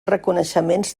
reconeixements